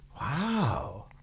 Wow